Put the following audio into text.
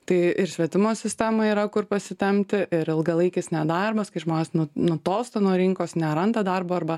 tai ir švietimo sistemai yra kur pasitempti ir ilgalaikis nedarbas kai žmonės nu nutolsta nuo rinkos neranda darbo arba